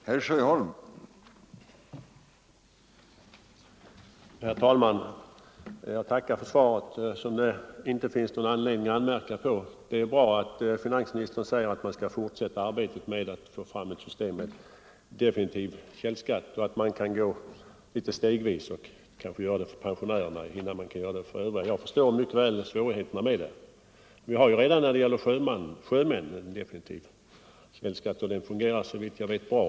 Nr 6 Herr talman! Tack för svaret, som det inte finns någon anledning att Torsdagen den anmärka på. Det är bra att finansministern säger att man skall fortsätta 16 januari 1975 arbetet med att få fram ett system med definitiv källskatt och att man. kan gå stegvis och kanske genomföra det för pensionärerna innan man Om ransonering av kan göra det för övriga. Jag förstår mycket väl svårigheterna med detta, vissa baslivsmedel men vi har ju redan för sjömän en definitiv källskatt, och den fungerar = för att lindra såvitt jag vet bra.